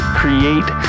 create